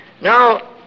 Now